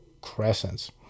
Crescents